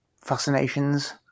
fascinations